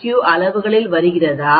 க்யூவுக்குள் வருகிறதா